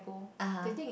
ah [huh]